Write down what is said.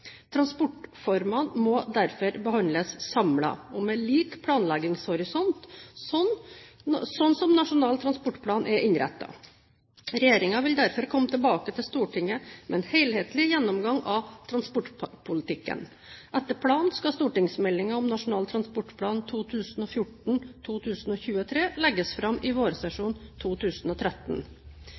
Transportformene må derfor behandles samlet og med lik planleggingshorisont, sånn som Nasjonal transportplan er innrettet. Regjeringen vil derfor komme tilbake til Stortinget med en helhetlig gjennomgang av transportpolitikken. Etter planen skal stortingsmeldingen om Nasjonal transportplan 2014–2023 legges fram i vårsesjonen 2013.